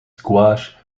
squash